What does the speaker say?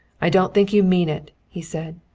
i don't think you mean it, he said.